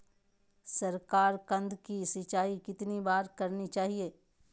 साकारकंद की सिंचाई कितनी बार करनी चाहिए?